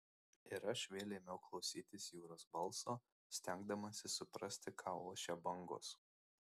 ir aš vėl ėmiau klausytis jūros balso stengdamasis suprasti ką ošia bangos